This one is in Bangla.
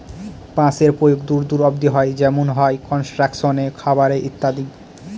বাঁশের প্রয়োগ দূর দূর অব্দি হয় যেমন হয় কনস্ট্রাকশনে, খাবারে ইত্যাদি